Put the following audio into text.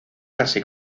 casi